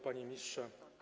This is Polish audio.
Panie Ministrze!